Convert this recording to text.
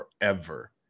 forever